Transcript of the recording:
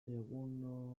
egunotako